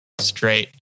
straight